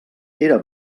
era